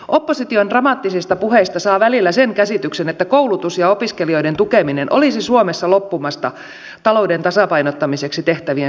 opposition dramaattisista puheista saa välillä sen käsityksen että koulutus ja opiskelijoiden tukeminen olisi suomessa loppumassa talouden tasapainottamiseksi tehtävien säästöjen myötä